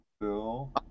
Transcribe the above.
Bill